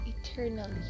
eternally